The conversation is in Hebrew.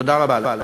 תודה רבה לך,